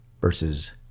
versus